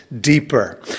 deeper